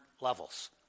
levels